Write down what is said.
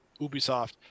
Ubisoft